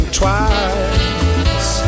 twice